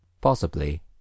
Possibly